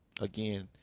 Again